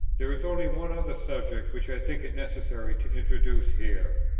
there is only one other subject, which i think it necessary to introduce here,